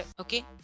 Okay